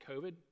COVID